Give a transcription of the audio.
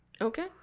Okay